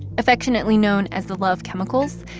affectionately known as the love chemicals.